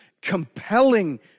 compelling